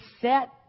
set